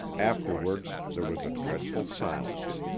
afterwards there was a dreadful silence